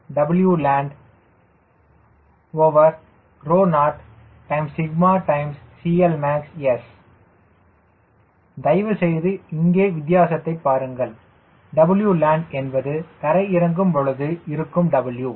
Vs 2Wland0CLmax S தயவுசெய்து இங்கே உள்ள வித்தியாசத்தைப் பாருங்கள் Wland என்பது தரை இறங்கும் பொழுது இருக்கும் W